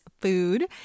food